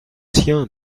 siens